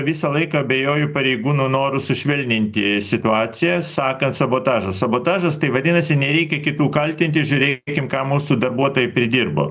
visą laiką abejoju pareigūno noru sušvelninti situaciją sakant sabotažas sabotažas tai vadinasi nereikia kitų kaltinti žiūrėkim ką mūsų darbuotojai pridirbo